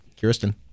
Kirsten